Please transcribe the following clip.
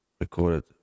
recorded